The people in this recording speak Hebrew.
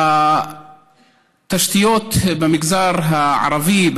התשתיות במגזר הערבי,